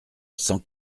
sans